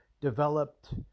developed